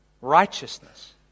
Righteousness